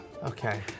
Okay